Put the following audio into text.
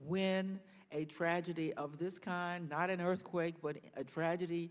when a tragedy of this kind i don't know earthquake but a tragedy